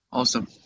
awesome